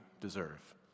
deserve